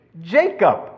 Jacob